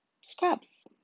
scrubs